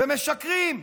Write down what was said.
ומשקרים?